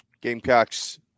Gamecocks